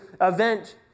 event